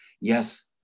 yes